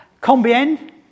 Combien